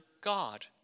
God